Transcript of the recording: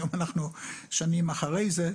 היום אנחנו שנים אחרי זה,